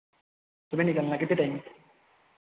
सुबह निकलना है कितने टाइम